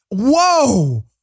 Whoa